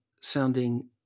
sounding